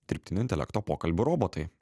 dirbtinio intelekto pokalbių robotai